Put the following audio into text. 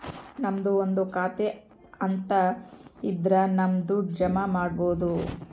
ನಮ್ದು ಒಂದು ಖಾತೆ ಅಂತ ಇದ್ರ ನಮ್ ದುಡ್ಡು ಜಮ ಮಾಡ್ಬೋದು